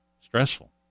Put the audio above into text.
stressful